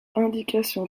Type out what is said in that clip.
indication